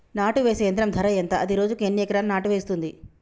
నాటు వేసే యంత్రం ధర ఎంత? అది రోజుకు ఎన్ని ఎకరాలు నాటు వేస్తుంది?